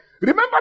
Remember